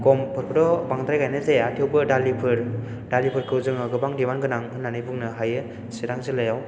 गमफोरखौथ' बांद्राय गायनाय जाया थेवबो दालिफोरखौ जोङो गोबां डिमाण्ड गोनां होननानै बुंनो हायो सिरां जिललायाव